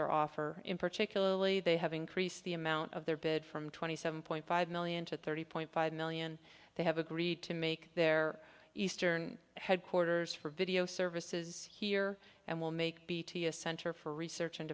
their offer in particularly they have increased the amount of their bid from twenty seven point five million to thirty point five million they have agreed to make their eastern headquarters for video services here and will make bt a center for research and